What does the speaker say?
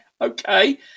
okay